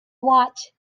watt